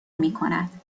میکند